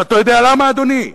ואתה יודע למה, אדוני?